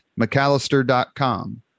McAllister.com